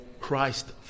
Christ